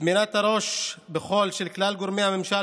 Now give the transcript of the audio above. טמינת הראש בחול של כלל גורמי הממשל